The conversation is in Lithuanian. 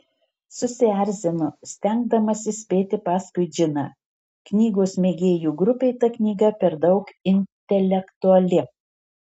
susierzino stengdamasi spėti paskui džiną knygos mėgėjų grupei ta knyga per daug intelektuali